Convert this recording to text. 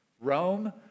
Rome